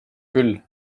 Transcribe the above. küll